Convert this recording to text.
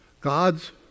God's